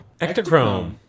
Ectochrome